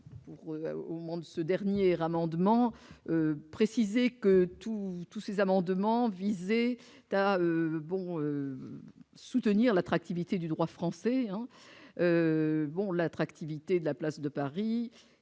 au monde, ce dernier amendement précisait que tous, tous ces amendements ta bon soutenir l'attractivité du droit français, bon l'attractivité de la place de Paris